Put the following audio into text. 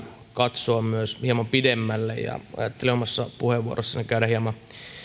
katsoa myös hieman pidemmälle ja ajattelin omassa puheenvuorossani käydä hieman